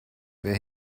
wer